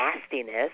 nastiness